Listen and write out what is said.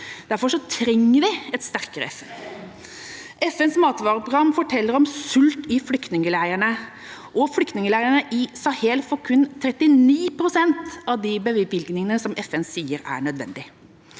Derfor trenger vi et sterkere FN. FNs matvareprogram forteller om sult i flyktningleirene. Flyktningleirene i Sahel får kun 39 pst. av de bevilgningene FN sier er nødvendig.